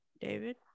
David